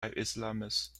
islamist